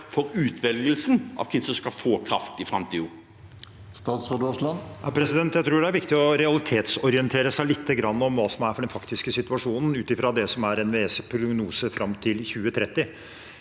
for utvelgelse av hvem som skal få kraft i framtiden?